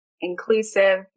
inclusive